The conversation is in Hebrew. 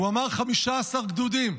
הוא אמר 15 גדודים,